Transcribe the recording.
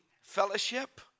fellowship